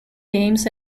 games